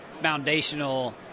foundational